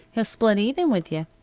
he'll split even with you.